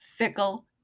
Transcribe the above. fickle